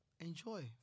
enjoy